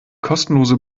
kostenlose